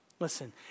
Listen